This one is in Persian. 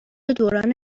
دوران